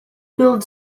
build